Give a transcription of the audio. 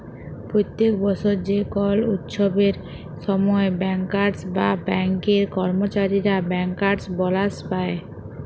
প্যত্তেক বসর যে কল উচ্ছবের সময় ব্যাংকার্স বা ব্যাংকের কম্মচারীরা ব্যাংকার্স বলাস পায়